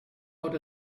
out